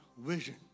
vision